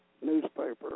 newspaper